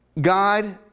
God